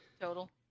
Total